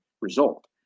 result